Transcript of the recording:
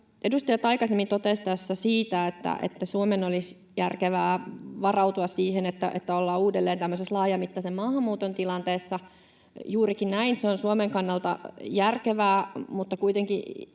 Edustajat aikaisemmin totesivat tässä, että Suomen olisi järkevää varautua siihen, että ollaan uudelleen tämmöisessä laajamittaisen maahanmuuton tilanteessa. Juurikin näin, se on Suomen kannalta järkevää, mutta kuitenkin